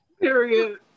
Period